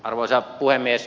arvoisa puhemies